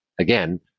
again